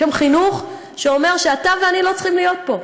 יש שם חינוך שאומר שאתה ואני לא צריכים להיות פה.